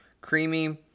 Creamy